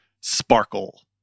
Sparkle